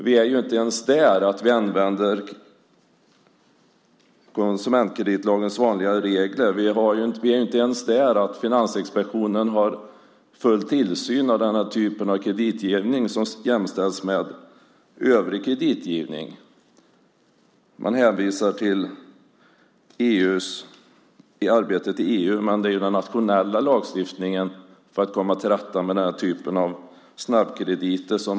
Vi är inte ens där att vi använder konsumentkreditlagens vanliga regler. Vi är inte ens där att Finansinspektionen har full tillsyn över den här typen av kreditgivning, som jämställs med övrig kreditgivning. Man hänvisar till arbetet i EU, men man måste ta ansvar för den nationella lagstiftningen för att komma till rätta med den här typen av snabbkrediter.